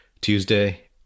Tuesday